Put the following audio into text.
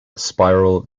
spiral